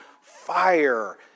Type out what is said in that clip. fire